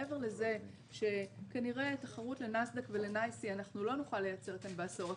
מעבר לזה שכנראה תחרות לנאסד"ק ולנייס לא נוכל לייצר כאן בעשור הקרוב,